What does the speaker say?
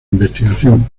investigación